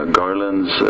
garlands